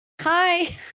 hi